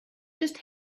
just